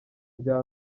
rya